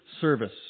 service